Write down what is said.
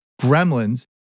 Gremlins